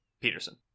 Peterson